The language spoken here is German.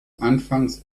anfangs